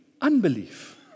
unbelief